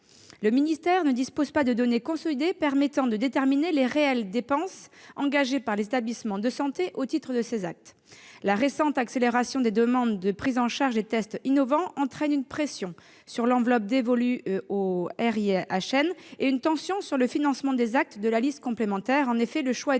Le ministère ne dispose pas de données consolidées permettant de déterminer les réelles dépenses engagées par les établissements de santé au titre de ces actes. La récente accélération des demandes de prises en charge des tests innovants entraîne une pression sur l'enveloppe dévolue au RIHN et une tension sur le financement des actes de la liste complémentaire, le choix étant